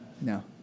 No